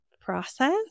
process